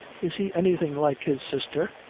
is he anything like his sister?